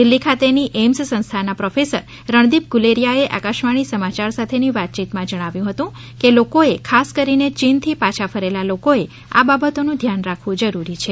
દિલ્હી ખાતેની એઇમ્સ સંસ્થાના પ્રોફેસર રણદિપ ગુલેરીયાએ આકાશવાણી સમાચાર સાથેની વાતચીતમાં જણાવ્યું હતુ કે લોકોએ ખાસ કરીને ચીનથી પાછા ફરેલા લોકોએ આ બાબતોનું ધ્યાન રાખવું જરૂરી છે